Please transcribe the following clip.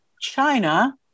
China